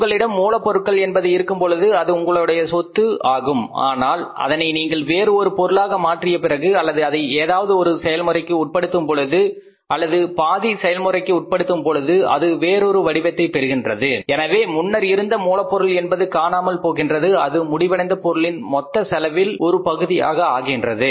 உங்களிடம் மூலப்பொருட்கள் என்பது இருக்கும் பொழுது அது உங்களுடைய சொத்து ஆகும் ஆனால் அதனை நீங்கள் வேறு ஒரு பொருளாக மாற்றிய பிறகு அல்லது அதை ஏதாவது ஒரு செயல்முறைக்கு உட்படுத்தும் பொழுது அல்லது பாதி செயல்முறைக்கு உட்படுத்தும் போது அது வேறொரு வடிவத்தைப் பெறுகின்றது எனவே முன்னர் இருந்த மூலப்பொருள் என்பது காணாமல் போகின்றது அது முடிவடைந்த பொருளின் மொத்த செலவில் ஒரு பகுதியாக ஆகின்றது